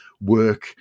Work